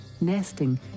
nesting